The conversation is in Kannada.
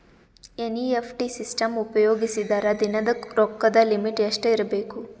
ಎನ್.ಇ.ಎಫ್.ಟಿ ಸಿಸ್ಟಮ್ ಉಪಯೋಗಿಸಿದರ ದಿನದ ರೊಕ್ಕದ ಲಿಮಿಟ್ ಎಷ್ಟ ಇರಬೇಕು?